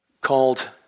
called